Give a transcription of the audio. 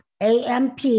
amp